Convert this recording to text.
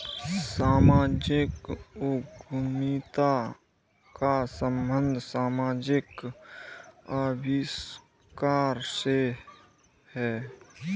सामाजिक उद्यमिता का संबंध समाजिक आविष्कार से है